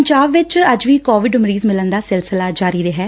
ਪੰਜਾਬ ਵਿਚ ਅੱਜ ਵੀ ਕੋਵਿਡ ਮਰੀਜ਼ ਮਿਲਣ ਦਾ ਸਿਲਸਿਲਾ ਜਾਰੀ ਰਿਹੈ